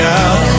out